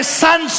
sun